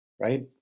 right